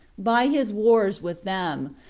by his wars with them,